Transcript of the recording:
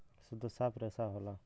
सुद्ध साफ रेसा होला